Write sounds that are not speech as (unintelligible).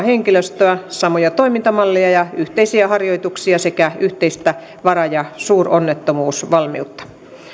(unintelligible) henkilöstöä samoja toimintamalleja ja yhteisiä harjoituksia sekä yhteistä vara ja suuronnettomuusvalmiutta